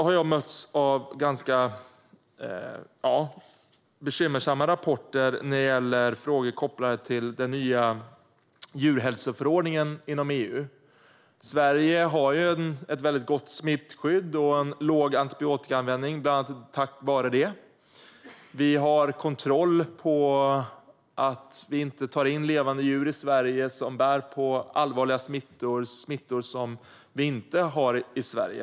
Jag har mötts av ganska bekymmersamma rapporter när det gäller frågor kopplade till den nya djurhälsoförordningen inom EU. Sverige har ett mycket gott smittskydd och tack vare det en låg antibiotikaanvändning. Vi har kontroll på att vi inte tar in levande djur i Sverige som bär på allvarliga smittor som vi inte har i Sverige.